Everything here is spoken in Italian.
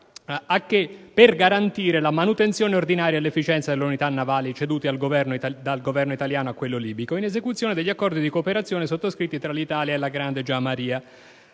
a garantire «la manutenzione ordinaria e l'efficienza delle unità navali cedute dal Governo italiano al Governo libico, in esecuzione degli accordi di cooperazione sottoscritti tra la Repubblica italiana e la Grande Giamahiria